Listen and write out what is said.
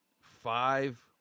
five